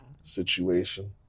situation